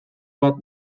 bat